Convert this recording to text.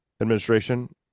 administration